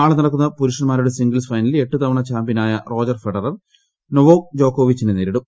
നാളെ നടക്കുന്ന പുരുഷന്മാരുട്ടെ സിംഗിൾസ് ഫൈനലിൽ എട്ട് തവണ ചാമ്പ്യനായ റ്ടോജർ ഫെഡറർ നൊവാക് ജോക്കോവിച്ചിനെ നേരിടും